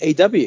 AW